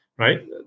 Right